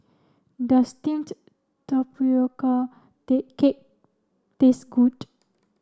does steamed tapioca cake taste good